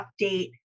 update